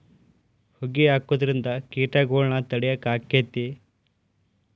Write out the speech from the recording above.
ಹೊಗಿ ಹಾಕುದ್ರಿಂದ ಕೇಟಗೊಳ್ನ ತಡಿಯಾಕ ಆಕ್ಕೆತಿ?